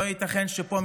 לא ייתכן שפה,